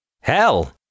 Hell